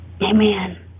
Amen